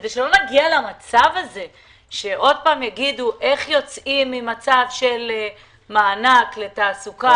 כדי שלא נגיע למצב שעוד פעם יגידו איך יוצאים ממצב של מענק לתעסוקה,